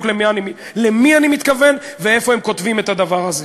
למי אני מתכוון ואיפה הם כותבים את הדבר הזה.